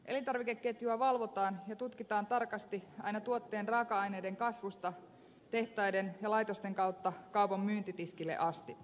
elintarvikeketjua valvotaan ja tutkitaan tarkasti aina tuotteen raaka aineiden kasvusta tehtaiden ja laitosten kautta kaupan myyntitiskille asti